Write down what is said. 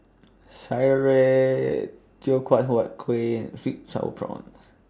Sireh Teochew Huat Kuih and Sweet Sour Prawns